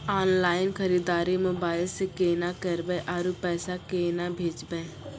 Online खरीददारी mobile से केना करबै, आरु पैसा केना भेजबै?